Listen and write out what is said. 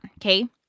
okay